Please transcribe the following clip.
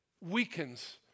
weakens